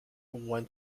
went